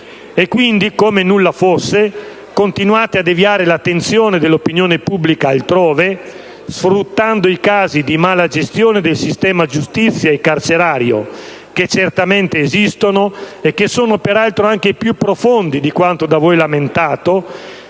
E quindi, come nulla fosse, continuate a deviare l'attenzione dell'opinione pubblica altrove, sfruttando i casi di malagestione del sistema giustizia e carcerario, che certamente esistono e che sono peraltro anche più profondi di quanto da voi lamentato,